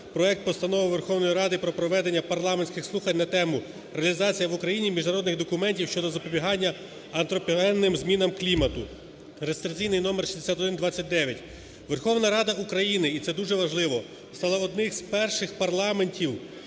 проект Постанови Верховної Ради про проведення парламентських слухань на тему: "Реалізація в Україні міжнародних документів щодо запобігання антропогенним змінам клімату" (реєстраційний номер 6129). Верховна Рада України, і це дуже важливо, стала одним з перших парламентів